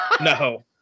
No